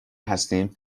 هستیم